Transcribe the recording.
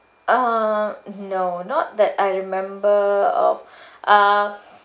uh no not that I remember of uh